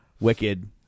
Wicked